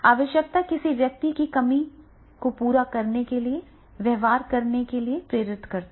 आवश्यकता किसी व्यक्ति को कमी को पूरा करने के लिए व्यवहार करने के लिए प्रेरित करती है